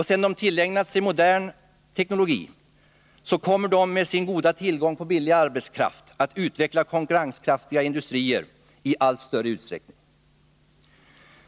Sedan de tillägnat sig modern teknologi kommer de med sin goda tillgång på billig arbetskraft att utveckla konkurrenskraftiga industrier i allt större utsträckning.